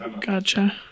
Gotcha